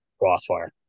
Crossfire